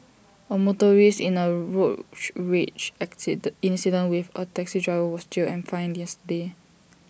A motorist in A road rage accident incident with A taxi driver was jailed and fined yesterday